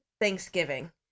Thanksgiving